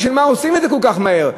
למה עושים את זה כל כך מהר?